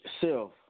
self